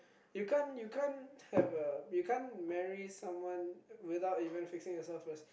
you can't you can't have a you can't marry someone without even fixing yourself first